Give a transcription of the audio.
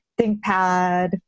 ThinkPad